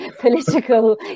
political